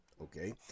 okay